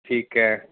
ਠੀਕ ਹੈ